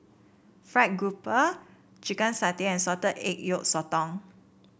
fried grouper Chicken Satay and Salted Egg Yolk Sotong